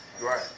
Right